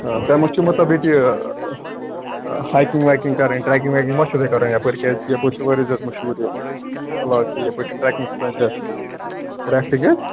تۄہہِ ما چھُ مطلب ییٚتہِ یہِ ہایکِنٛگ وایکِنٛگ کَرٕنۍ ٹرٛیکِنٛگ ویکِنٛگ ما چھُو تۄہہِ کَرٕنۍ یپٲرۍ کیٛازِکہِ یپٲرۍ چھِ واریاہ زیادٕ مشہوٗر یہِ علاق تہِ یَپٲرۍ چھِ ٹرٛیکِنٛگ ریفٹِنٛگ حظ